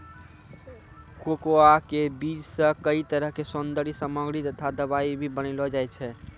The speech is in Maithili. कोकोआ के बीज सॅ कई तरह के सौन्दर्य सामग्री तथा दवाई भी बनैलो जाय छै